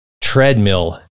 treadmill